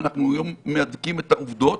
אנחנו היום מהדקים את העובדות.